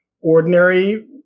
ordinary